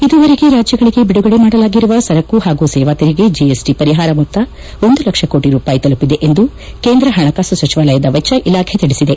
ಇದುವರೆಗೆ ರಾಜ್ಯಗಳಿಗೆ ಬಿಡುಗಡೆ ಮಾಡಲಾಗಿರುವ ಸರಕು ಹಾಗೂ ಸೇವಾ ತೆರಿಗೆ ಜಎಸ್ಟಿ ಪರಿಹಾರ ಮೊತ್ತ ಒಂದು ಲಕ್ಷ ಕೋಟಿ ರೂಪಾಯಿ ತಲುಪಿದೆ ಎಂದು ಕೇಂದ್ರ ಹಣಕಾಸು ಸಚಿವಾಲಯದ ವೆಚ್ಚ ಇಲಾಖೆ ತಿಳಿಸಿದೆ